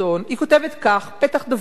היא כותבת כך: "פתח דבר.